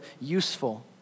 useful